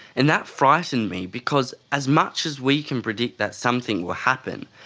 and that frightened me because as much as we can predict that something will happen,